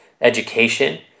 education